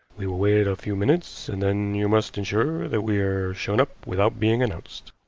we will wait a few minutes, and then you must insure that we are shown up without being announced.